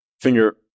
finger